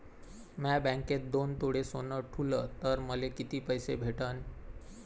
म्या बँकेत दोन तोळे सोनं ठुलं तर मले किती पैसे भेटन